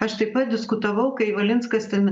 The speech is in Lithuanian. aš taip pat diskutavau kai valinskas ten